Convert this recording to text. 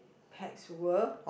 pet's world